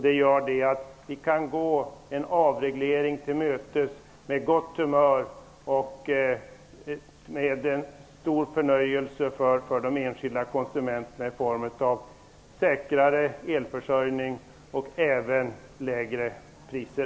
Det gör att vi kan gå en avreglering till mötes med gott humör, till de enskilda konsumenternas stora förnöjelse i form av säkrare elförsörjning och lägre priser.